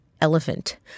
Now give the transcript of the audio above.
Elephant